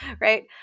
right